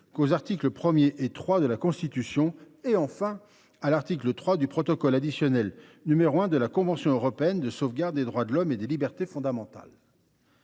qu’aux articles 1 et 3 de la Constitution et, enfin, à l’article 3 du protocole additionnel n° 1 de la Convention de sauvegarde des droits de l’homme et des libertés fondamentales.